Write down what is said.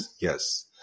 Yes